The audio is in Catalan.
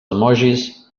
emojis